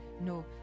no